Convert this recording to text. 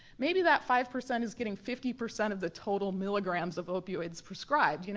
maybe that five percent is getting fifty percent of the total milligrams of opioids prescribed. you know